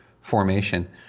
formation